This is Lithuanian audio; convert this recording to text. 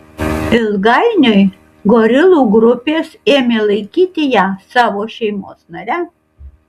ilgainiui gorilų grupės ėmė laikyti ją savo šeimos nare